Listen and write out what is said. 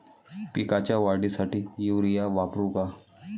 पिकाच्या वाढीसाठी युरिया वापरू का?